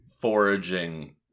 foraging